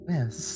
Yes